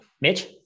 Mitch